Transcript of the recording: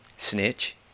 snitch